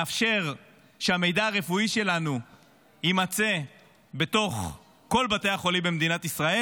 מאפשר שהמידע הרפואי שלנו יימצא בתוך כל בתי החולים במדינת ישראל,